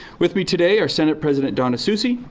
with me today are senate president donna suzy,